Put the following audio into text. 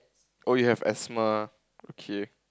oh you have asthma okay